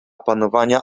panowania